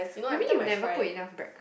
might be you never put enough bread cr~